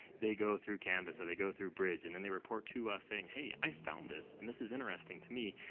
they go through canvas, or they go through bridge, and and they report to us saying, hey, i found this, and this is interesting to me,